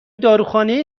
داروخانه